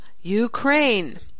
Ukraine